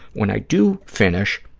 when i do finish,